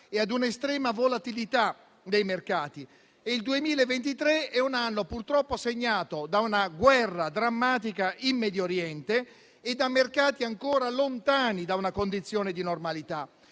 e ad un'estrema volatilità dei mercati, mentre il 2023 è un anno purtroppo segnato da una guerra drammatica in Medio Oriente e da mercati ancora lontani da una condizione di normalità.